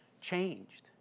changed